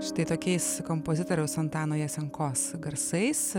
štai tokiais kompozitoriaus antano jasinkos garsais